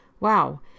Wow